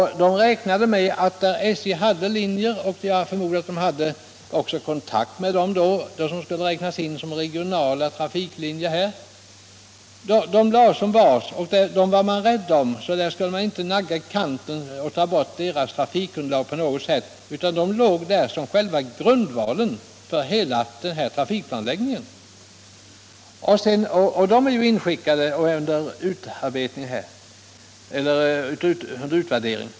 Man räknade med att SJ hade trafiklinjer där och där — och jag förmodar att man också hade kontakt med vederbörande om vilka linjer som skulle räknas som lokala — och de räknades som bas. De linjerna var man rädd om. De skulle inte naggas i kanten. Deras trafikunderlag skulle inte tas bort på något sätt. De låg där som själva grundvalen för hela trafikplanläggningen. Dessa planer är nu insända och under utvärdering.